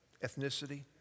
ethnicity